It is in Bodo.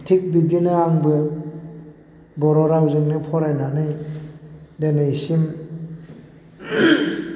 थिग बिदिनो आंबो बर' रावजोंनो फरायनानै दिनैसिम